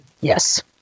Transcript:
Yes